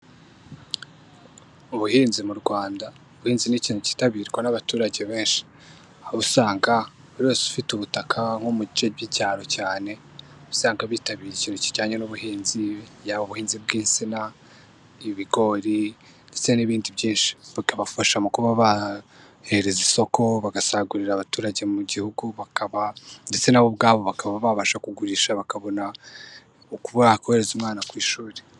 Ubuhinzi mu Rwanda, ubuhinzi ni ikintu cyitabirwa n'abaturage benshi. Aho usanga buri wese ufite ubutaka, nko mu bice by'icyaro cyane, uba usanga bitabiriye ikintu kijyanye n'ubuhinzi, yaba ubuhinzi bw'insina, ibigori, ndetse n'ibindi byinshi. bikabafasha mu kuba bahereza isoko, bagasagurira abaturage mu gihugu, bakaba, ndetse na bo ubwabo bakaba babasha kugurisha bakabona, uko bakohereza umwana ku ishuri.